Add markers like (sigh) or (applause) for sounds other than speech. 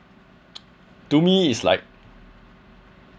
(noise) to me it's like